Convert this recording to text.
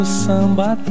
samba